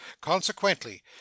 consequently